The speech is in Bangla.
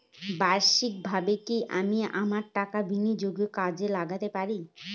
বার্ষিকভাবে কি আমি আমার টাকা বিনিয়োগে কাজে লাগাতে পারি?